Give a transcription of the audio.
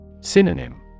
Synonym